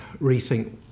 rethink